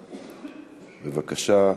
בבקשה,